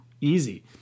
easy